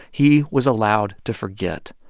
he was allowed to forget,